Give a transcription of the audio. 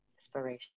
inspiration